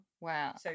Wow